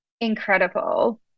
incredible